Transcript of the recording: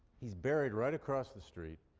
he's buried right across the street.